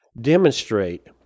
demonstrate